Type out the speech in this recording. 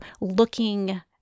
looking